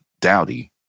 Dowdy